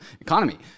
economy